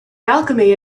alchemy